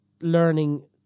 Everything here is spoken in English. learning